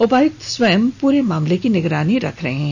उपायुक्त स्वयं पूरे मामले पर निगरानी रख रहे हैं